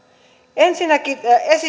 ensinnäkin